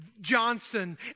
Johnson